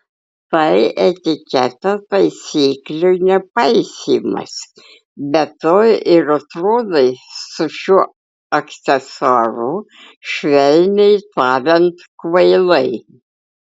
tai etiketo taisyklių nepaisymas be to ir atrodai su šiuo aksesuaru švelniai tariant kvailai